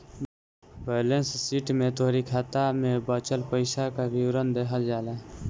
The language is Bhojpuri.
बैलेंस शीट में तोहरी खाता में बचल पईसा कअ विवरण देहल जाला